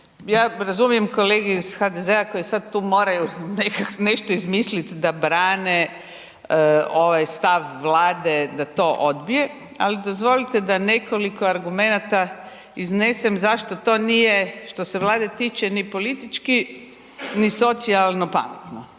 ja razumijem kolege iz HDZ-a koji sad tu moraju nešto izmisliti da brane ovaj stav Vlade da to odbije, ali dozvolite da nekoliko argumenata iznesem zašto to nije što se Vlade tiče ni politički ni socijalno pametno